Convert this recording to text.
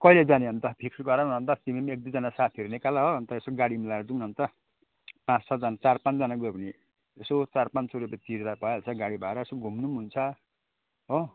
कहिले जाने अन्त फिक्स गर न अन्त तिमी पनि एकदुईजना साथीहरू निकाल हो अन्त यसो गाडी मिलाएर जाउँ न अन्त पाँच छजना चार पाँचजना गयो भने यसो चार पाँच सय रुपियाँ तिर्दा भइहाल्छ गाडी भाडा यसो घुम्नु पनि हुन्छ हो